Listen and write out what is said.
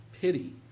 pity